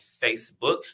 facebook